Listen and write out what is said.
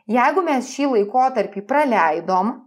jeigu mes šį laikotarpį praleidom